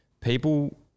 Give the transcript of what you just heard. people